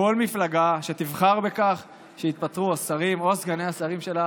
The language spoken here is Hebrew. כל מפלגה שתבחר בכך והתפטרו השרים או